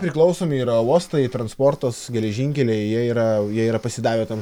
priklausomi yra uostai transportas geležinkeliai jie yra jie yra pasidavę tam